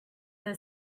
that